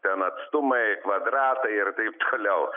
ten atstumai kvadratai ir taip toliau